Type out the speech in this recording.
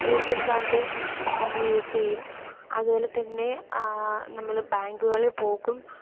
A T M card നമ്മൾ use ചെയ്യും അതുപോലെതന്നെ നമ്മൾ ബാങ്കുകളിൽ പോകും